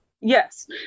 yes